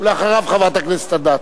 אחריו, חברת הכנסת אדטו.